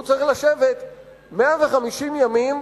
והוא צריך לשבת 150 ימים,